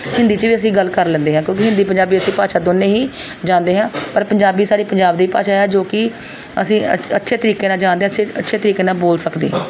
ਹਿੰਦੀ 'ਚ ਵੀ ਅਸੀਂ ਗੱਲ ਕਰ ਲੈਂਦੇ ਹੈ ਕਿਉਂਕਿ ਹਿੰਦੀ ਪੰਜਾਬੀ ਅਸੀਂ ਭਾਸ਼ਾ ਦੋਨੇਂ ਹੀ ਜਾਣਦੇ ਹਾਂ ਪਰ ਪੰਜਾਬੀ ਸਾਡੀ ਪੰਜਾਬ ਦੀ ਭਾਸ਼ਾ ਹੈ ਜੋ ਕਿ ਅਸੀਂ ਅ ਅੱਛੇ ਤਰੀਕੇ ਨਾਲ ਜਾਣਦੇ ਹਾਂ ਅਸੀਂ ਅੱਛੇ ਤਰੀਕੇ ਨਾਲ ਬੋਲ ਸਕਦੇ ਹਾਂ